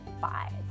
five